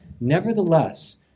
Nevertheless